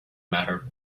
matter